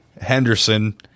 Henderson